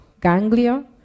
ganglia